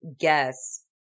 guess